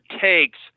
takes